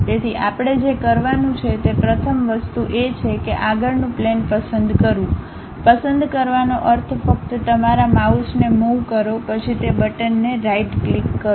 તેથી આપણે જે કરવાનું છે તે પ્રથમ વસ્તુ એ છે કે આગળનું પ્લેન પસંદ કરવું પસંદ કરવાનો અર્થ ફક્ત તમારા માઉસને મુવ કરો પછી તે બટનને રાઈટ ક્લિક કરો